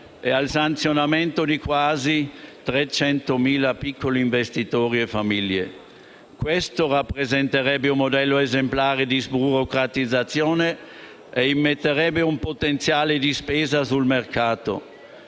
e al sanzionamento di quasi 300.000 piccoli investitori e famiglie. Questo rappresenterebbe un modello esemplare di sburocratizzazione e immetterebbe un potenziale di spesa sul mercato